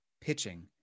pitching